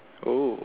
oo